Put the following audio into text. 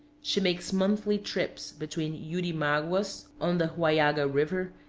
she makes monthly trips between yurimaguas, on the huallaga river,